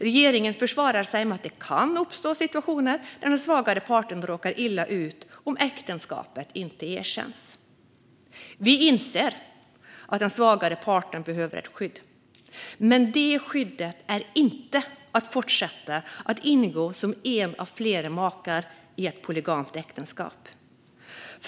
Regeringen försvarar sig med att det kan uppstå situationer där den svagare parten råkar illa ut om äktenskapet inte erkänns. Vi inser att den svagare parten behöver ett skydd. Men det skyddet är inte att fortsätta att ingå som en av flera makar i ett polygamt äktenskap.